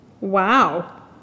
Wow